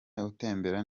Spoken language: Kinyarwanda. utembera